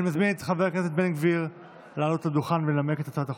אני מזמין את חבר הכנסת בן גביר לעלות לדוכן ולנמק את הצעת החוק.